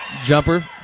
jumper